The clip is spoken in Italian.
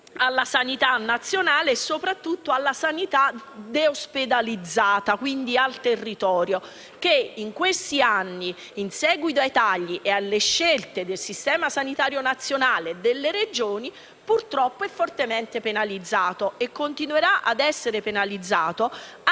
alla sanità nazionale e soprattutto alla sanità deospedalizzata e quindi al territorio che in questi anni, in seguito ai tagli e alle scelte del Sistema sanitario nazionale e delle Regioni, purtroppo è stato fortemente penalizzato e continuerà ad esserlo